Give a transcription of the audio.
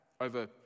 over